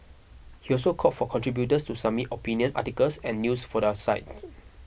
he also called for contributors to submit opinion articles and news for the site